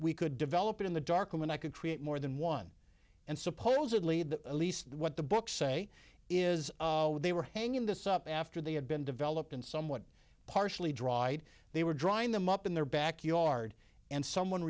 we could develop it in the darkroom and i could create more than one and supposedly the least what the books say is they were hanging this up after they had been developed and somewhat partially dried they were drying them up in their backyard and someone